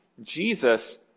Jesus